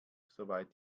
soweit